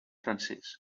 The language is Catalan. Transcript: francès